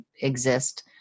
exist